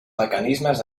mecanismes